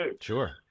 Sure